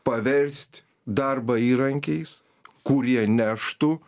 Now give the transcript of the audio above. paverst darbą įrankiais kurie neštų